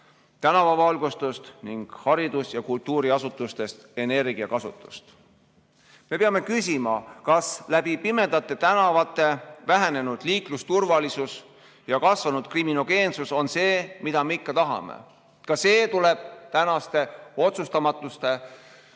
tänavavalgustust ning haridus- ja kultuuriasutustes energiakasutust. Me peame küsima, kas pimedate tänavate näol vähenenud liiklusturvalisus ja kasvanud kriminogeensus on see, mida me ikka tahame. Ka see tuleb tänasele otsustamatusele